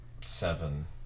seven